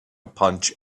punch